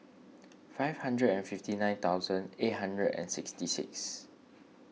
five hundred and fifty nine thousand eight hundred and sixty six